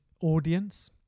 audience